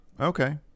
Okay